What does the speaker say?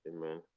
Amen